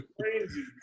crazy